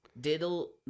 diddle